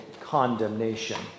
condemnation